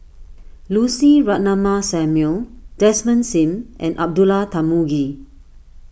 Lucy Ratnammah Samuel Desmond Sim and Abdullah Tarmugi